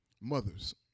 mothers